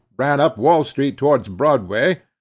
ran up wall-street towards broadway,